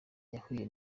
yahuye